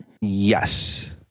yes